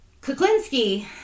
Kuklinski